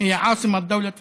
(אומר בערבית: בירת מדינת פלסטין.)